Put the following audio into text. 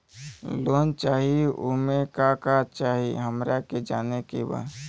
Loan चाही उमे का का चाही हमरा के जाने के बा?